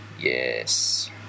Yes